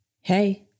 hey